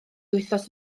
wythnos